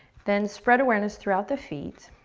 then spread awareness throughout the feet.